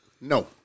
No